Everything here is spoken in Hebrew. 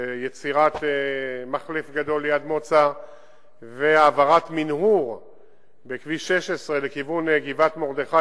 ביצירת מחלף גדול ליד מוצא והעברת מנהור בכביש 16 לכיוון גבעת-מרדכי,